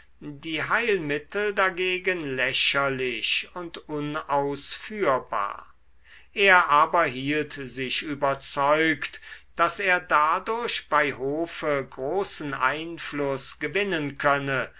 die heilmittel dagegen lächerlich und unausführbar er aber hielt sich überzeugt daß er dadurch bei hofe großen einfluß gewinnen könne